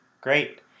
Great